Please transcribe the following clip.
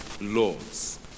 laws